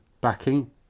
backing